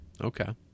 Okay